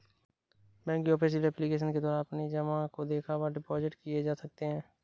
bank की official application के द्वारा अपनी जमा को देखा व डिपॉजिट किए जा सकते हैं